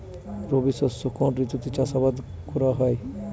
রবি শস্য কোন ঋতুতে চাষাবাদ করা হয়?